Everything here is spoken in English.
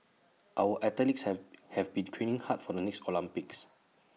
our athletes have have been training hard for the next Olympics